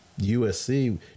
USC